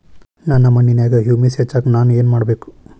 ನನ್ನ ಮಣ್ಣಿನ್ಯಾಗ್ ಹುಮ್ಯೂಸ್ ಹೆಚ್ಚಾಕ್ ನಾನ್ ಏನು ಮಾಡ್ಬೇಕ್?